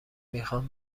میخوام